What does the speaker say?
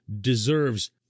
deserves